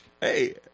Hey